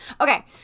Okay